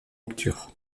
lecture